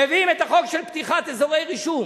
מביאים את החוק של פתיחת אזורי רישום,